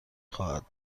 خواهد